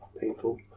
painful